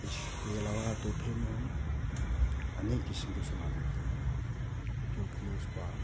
इसके अलावा तो फ़िर मैम अनेक किस्म के सामान देते हैं क्योंकि उसका